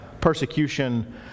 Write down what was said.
persecution